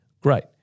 Great